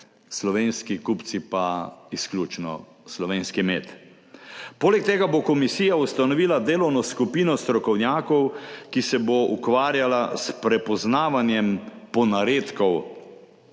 slovenski kupci pa izključno slovenski med. Poleg tega bo komisija ustanovila delovno skupino strokovnjakov, ki se bo ukvarjala s prepoznavanjem ponaredkov